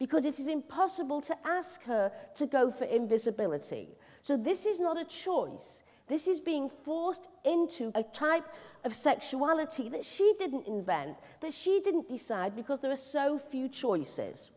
because it is impossible to ask her to go for invisibility so this is not a choice this is being forced into a type of sexuality that she didn't invent that she didn't decide because there are so few choices